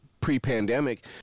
pre-pandemic